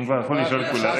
הם כבר הלכו לישון כולם.